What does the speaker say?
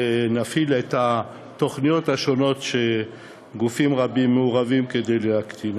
ונפעיל את התוכניות השונות שגופים רבים מעורבים כדי להקטין,